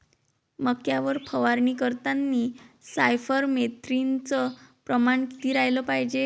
मक्यावर फवारनी करतांनी सायफर मेथ्रीनचं प्रमान किती रायलं पायजे?